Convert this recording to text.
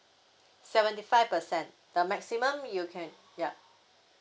seventy five percent the maximum you can ya